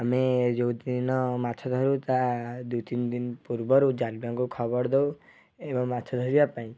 ଆମେ ଯେଉଁଦିନ ମାଛ ଧରୁ ତା ଦୁଇ ତିନି ଦିନ ପୂର୍ବରୁ ଜାଲୁଆଙ୍କୁ ଖବର ଦେଉ ଏବଂ ମାଛ ଧରିବା ପାଇଁ